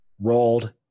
rolled